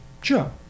Sure